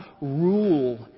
rule